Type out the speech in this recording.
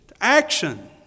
action